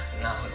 Now